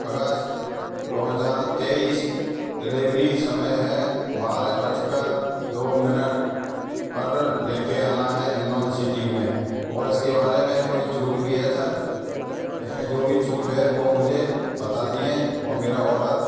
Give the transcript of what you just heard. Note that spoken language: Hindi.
अगस्त दो हज़ार तेईस डिलेवरी समय है बारह बज कर दो मिनिट पर ले कर आना है हिंडोन सिटी में और इसके बारे में कोई छूट भी है सर इसमें जो भी छूट है वो मुझे बता दीजिए और मेरा ऑर्डर